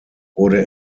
wurde